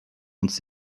uns